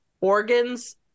organs